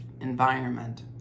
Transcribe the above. environment